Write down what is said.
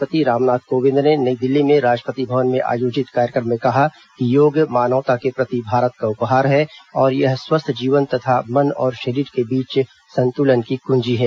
राष्ट्रपति रामनाथ कोविद ने नई दिल्ली में राष्ट्रपति भवन में आयोजित कार्यक्रम में कहा कि योग मानवता के प्रति भारत का उपहार है और यह स्वस्थ जीवन तथा मन और शरीर के बीच संतुलन की कुंजी है